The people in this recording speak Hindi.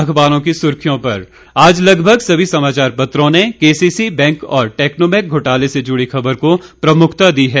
अखबारों की सुर्खियों पर आज लगभग सभी समाचार पत्रों ने केसीसी बैंक और टैक्नोमेक घोटाले से जुड़ी खबर को प्रमुखता दी है